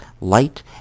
light